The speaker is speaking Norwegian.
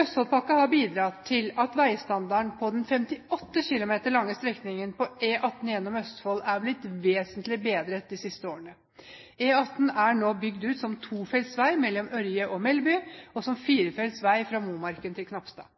Østfoldpakka har bidratt til at veistandarden på den 58 km lange strekningen på E18 gjennom Østfold er blitt vesentlig bedret de siste årene. E18 er nå bygd ut som tofelts vei mellom Ørje og Melleby, og som firefelts vei fra Momarken til Knapstad.